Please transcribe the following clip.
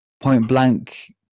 point-blank